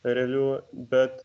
realių bet